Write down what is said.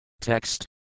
Text